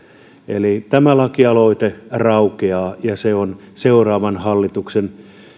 eli tämä lakialoite raukeaa ja se on seuraavan hallituksen